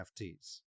NFTs